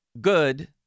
good